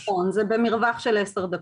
נכון, זה במרווח של עשר דקות.